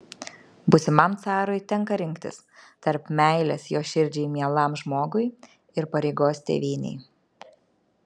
būsimam carui tenka rinktis tarp meilės jo širdžiai mielam žmogui ir pareigos tėvynei